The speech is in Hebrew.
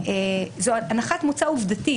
זו הנחת מוצא עובדתית.